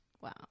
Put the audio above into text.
wow